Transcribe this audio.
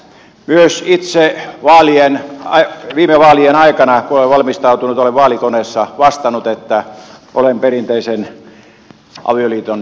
myös itse viime vaalien aikana kun olen valmistautunut olen vaalikoneessa vastannut että olen perinteisen avioliiton kannalla